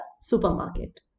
supermarket